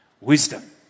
wisdom